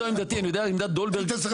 וזו עמדתי.